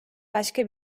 başka